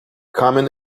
common